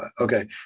Okay